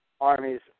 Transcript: armies